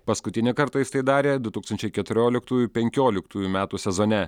paskutinį kartą jis tai darė du tūkstančiai keturioliktųjų penkioliktųjų metų sezone